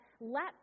let